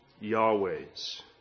Yahweh's